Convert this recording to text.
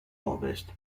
ovest